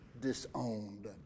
disowned